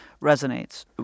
resonates